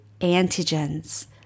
antigens